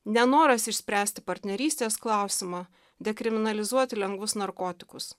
nenoras išspręsti partnerystės klausimą dekriminalizuoti lengvus narkotikus